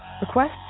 Request